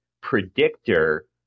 predictor